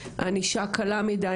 הענישה קלה מדי,